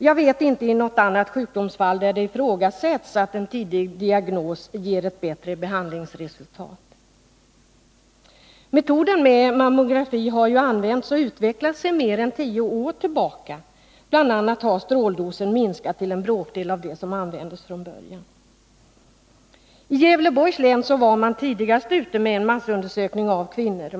Jag vet inte någon annan sjukdom där det ifrågasätts att en tidig diagnos ger ett bättre behandlingsresultat. Metoden med mammografi har använts och utvecklats sedan mer än tio år tillbaka. Bl. a. har stråldosen minskat till en bråkdel av den som användes från början. I Gävleborgs län var man tidigast ute med en massundersökning av kvinnor.